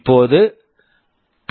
இப்போது பி